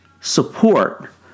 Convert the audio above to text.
support